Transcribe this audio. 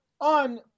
on